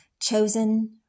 Chosen